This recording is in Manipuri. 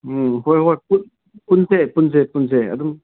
ꯎꯝ ꯍꯣꯏ ꯍꯣꯏ ꯄꯨꯟꯁꯦ ꯄꯨꯟꯁꯦ ꯄꯨꯟꯁꯦ ꯑꯗꯨꯝ